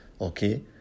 okay